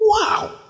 Wow